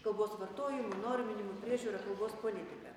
kalbos vartojimu norminimu priežiūra kalbos politika